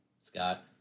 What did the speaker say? Scott